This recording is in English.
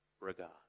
regard